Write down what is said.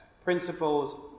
principles